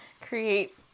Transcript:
create